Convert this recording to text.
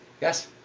Yes